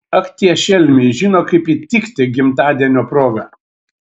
ak tie šelmiai žino kaip įtikti gimtadienio proga